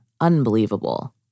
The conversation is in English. unbelievable